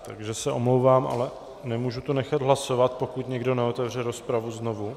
Takže se omlouvám, ale nemůžu to nechat hlasovat, pokud někdo neotevře rozpravu znovu.